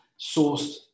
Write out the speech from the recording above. sourced